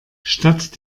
statt